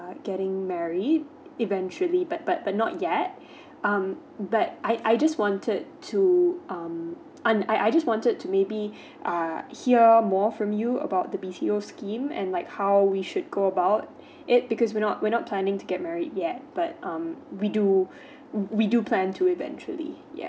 are getting married eventually but but not yet um but I I just wanted to um I I just wanted to maybe uh hear more from you about the B_T_O scheme and like how we should go about it because we're not we're not planning to get married yet but um we do we do plan to eventually ya